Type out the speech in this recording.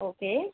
okay